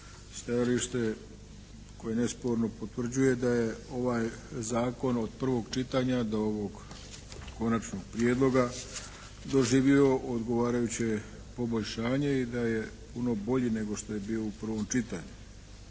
stajalište koje nesporno potvrđuje da je ovaj zakon od prvog čitanja do ovog konačnog prijedloga doživio odgovarajuće poboljšanje i da je puno bolji nego što je bio u prvom čitanju.